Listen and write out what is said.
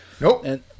Nope